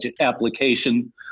application